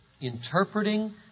interpreting